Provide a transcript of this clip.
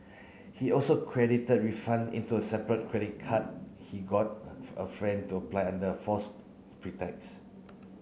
he also credited refund into a separate credit card he got a friend to apply under a false pretext